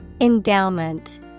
Endowment